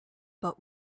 but